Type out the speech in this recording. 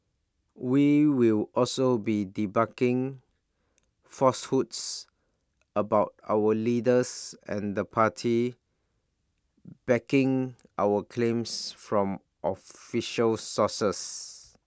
we will also be debunking falsehoods about our leaders and the party backing our claims from official sources